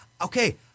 okay